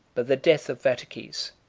but the death of vataces,